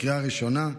לקריאה ראשונה.